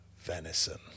venison